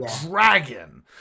dragon